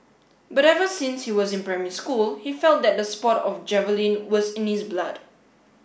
but ever since he was in primary school he felt that the sport of javelin was in his blood